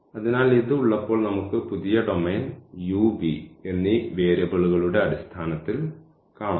അതിനാൽ ഇത് ഉള്ളപ്പോൾ നമുക്ക് പുതിയ ഡൊമെയ്ൻ u v എന്നീ വേരിയബിളുകളുടെ അടിസ്ഥാനത്തിൽ കാണണം